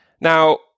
Now